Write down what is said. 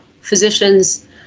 physicians